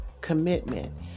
Commitment